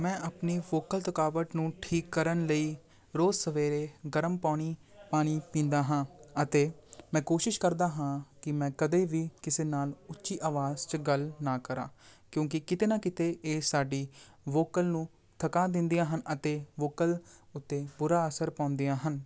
ਮੈਂ ਆਪਣੀ ਫੋਕਲ ਥਕਾਵਟ ਨੂੰ ਠੀਕ ਕਰਨ ਲਈ ਰੋਜ ਸਵੇਰੇ ਗਰਮ ਪੋਣੀ ਪਾਣੀ ਪੀਂਦਾ ਹਾਂ ਅਤੇ ਮੈਂ ਕੋਸ਼ਿਸ਼ ਕਰਦਾ ਹਾਂ ਕਿ ਮੈਂ ਕਦੇ ਵੀ ਕਿਸੇ ਨਾਲ ਉੱਚੀ ਅਵਾਜ਼ 'ਚ ਗੱਲ ਨਾ ਕਰਾਂ ਕਿਉਂਕਿ ਕਿਤੇ ਨਾ ਕਿਤੇ ਇਹ ਸਾਡੀ ਵੋਕਲ ਨੂੰ ਥਕਾ ਦਿੰਦੀਆਂ ਹਨ ਅਤੇ ਵੋਕਲ ਉੱਤੇ ਬੁਰਾ ਅਸਰ ਪਾਉਂਦੀਆਂ ਹਨ